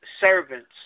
servants